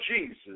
Jesus